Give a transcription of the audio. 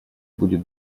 будет